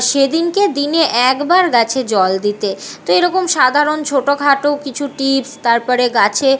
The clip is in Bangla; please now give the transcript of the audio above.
সেদিনকে দিনে একবার গাছে জল দিতে তো এরকম সাধারণ ছোটো খাটো কিছু টিপস তারপরে গাছে